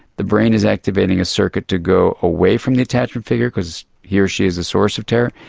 the brain is activating a circuit to go away from the attachment figure because he or she is the source of terror,